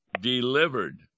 delivered